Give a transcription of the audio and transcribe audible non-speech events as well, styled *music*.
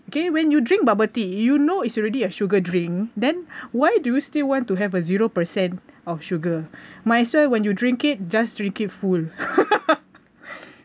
okay when you drink bubble tea you know it's already a sugar drink then why do you still want to have a zero percent of sugar might as well when you drink it just drink it full *laughs*